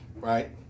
Right